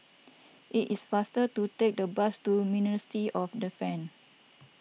it is faster to take the bus to Ministry of Defence